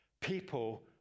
people